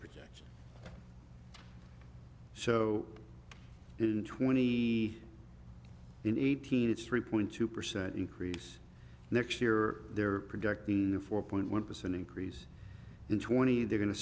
projection so twenty in eighteen it's three point two percent increase next year they're projecting four point one percent increase in twenty they're going to